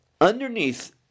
underneath